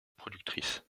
productrice